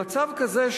למצב כזה,